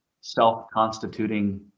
self-constituting